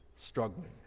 struggling